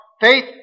faith